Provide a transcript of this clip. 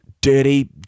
dirty